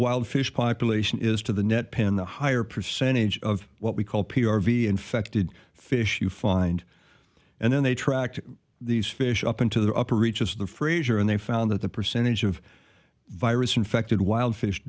wild fish population is to the net pin the higher percentage of what we call p r v infected fish you find and then they tracked these fish up into the upper reaches of the fraser and they found that the percentage of virus infected wild fish